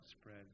spread